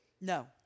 No